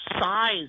size